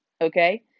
Okay